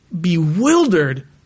bewildered